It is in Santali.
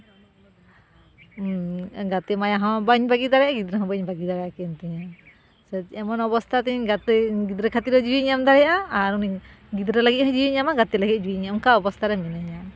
ᱜᱟᱛᱮ ᱢᱟᱭᱟ ᱦᱚᱸ ᱵᱟᱹᱧ ᱵᱟᱹᱜᱤ ᱫᱟᱲᱮᱭᱟᱜᱼᱟ ᱟᱨ ᱜᱤᱫᱽᱨᱟᱹ ᱦᱚᱸ ᱵᱟᱹᱧ ᱵᱟᱹᱜᱤ ᱫᱟᱲᱭᱟᱠᱤᱱ ᱛᱤᱧᱟᱹ ᱥᱮ ᱮᱢᱚᱱ ᱚᱵᱚᱥᱛᱟ ᱛᱤᱧ ᱜᱟᱛᱮ ᱜᱤᱫᱽᱨᱟᱹ ᱠᱷᱟᱹᱛᱤᱨ ᱦᱚᱸ ᱡᱤᱣᱤᱧ ᱮᱢ ᱫᱟᱲᱭᱟᱜᱼᱟ ᱟᱨ ᱩᱱᱤ ᱜᱤᱫᱽᱨᱟᱹ ᱞᱟᱹᱜᱤᱫ ᱦᱚᱸ ᱡᱤᱣᱤᱧ ᱮᱢᱟ ᱜᱟᱛᱮ ᱞᱟᱹᱜᱤᱫ ᱦᱚᱸ ᱡᱤᱣᱤᱧ ᱮᱢᱟ ᱚᱱᱠᱟ ᱚᱵᱚᱥᱛᱟ ᱨᱮ ᱢᱤᱱᱟᱹᱧᱟ